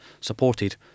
supported